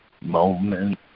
moment